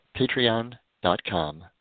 patreon.com